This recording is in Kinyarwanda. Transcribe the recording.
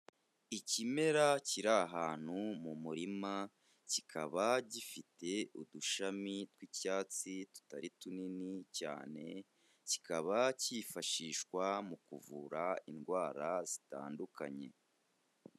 Ikimera kiri ahantu mu murima, kikaba gifite udushami tw'icyatsi tutari tuini cyane, kikaba cyifashishwa mu kuvura indwara zitandukanye.